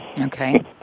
Okay